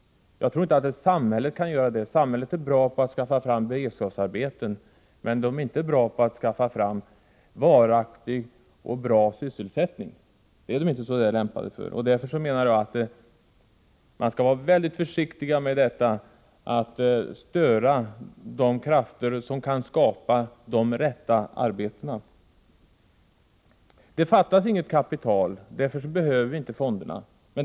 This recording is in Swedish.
Jag tror inte att samhällets organ kan göra det. De är bra på att skaffa fram beredskapsarbeten, men inte så väl lämpade för att åstadkomma varaktig och bra sysselsättning. Jag menar därför att man skall vara mycket försiktig med att störa de krafter som kan skapa de rätta arbetena. Det fattas inget kapital, och därför behöver vi inte fonderna.